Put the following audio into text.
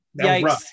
Yikes